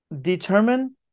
determine